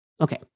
Okay